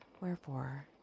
wherefore